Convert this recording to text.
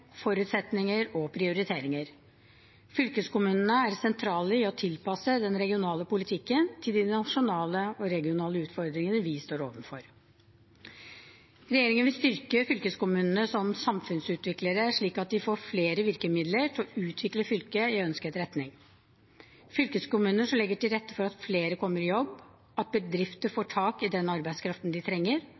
forutsetninger og prioriteringer. Fylkeskommunene er sentrale i å tilpasse den regionale politikken til de nasjonale og regionale utfordringene vi står overfor. Regjeringen vil styrke fylkeskommunene som samfunnsutviklere, slik at de får flere virkemidler til å utvikle fylket i ønsket retning. Fylkeskommuner som legger til rette for at flere kommer i jobb, at bedrifter får tak i den arbeidskraften de trenger,